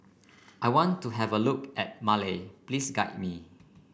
I want to have a look at Male please guide me